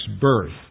birth